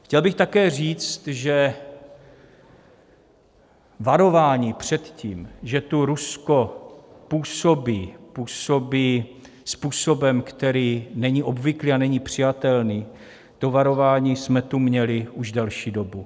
Chtěl bych také říct, že varování před tím, že tu Rusko působí způsobem, který není obvyklý a není přijatelný, jsme tu měli už delší dobu.